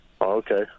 Okay